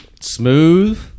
smooth